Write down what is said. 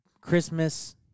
Christmas